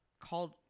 called